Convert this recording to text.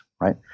right